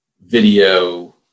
video